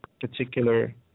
particular